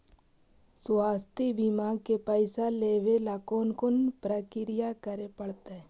स्वास्थी बिमा के पैसा लेबे ल कोन कोन परकिया करे पड़तै?